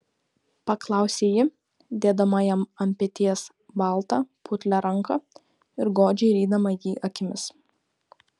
paklausė ji dėdama jam ant peties baltą putlią ranką ir godžiai rydama jį akimis